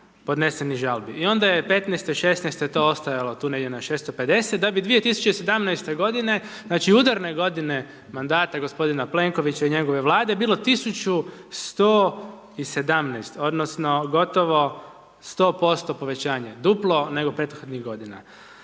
podnesenih žalbi i onda je 15.-te, 16.-te to ostajalo tu negdje na 650, da bi 2017.godine, znači, udarne godine mandata gospodina Plenkovića i njegove Vlade bilo 1117 odnosno gotovo 100% povećanje, duplo nego prethodnih godina.